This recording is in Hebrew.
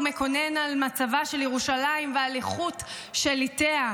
הוא מקונן על מצבה של ירושלים ועל איכות שליטיה: